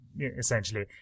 essentially